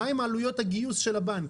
מה עם עלויות הגיוס של הבנק?